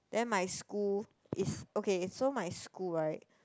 then my school is okay so my school right